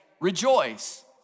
rejoice